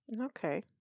Okay